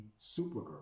Supergirl